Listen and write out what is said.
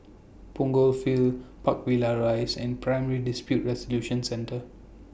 Punggol Field Park Villas Rise and Primary Dispute Resolution Centre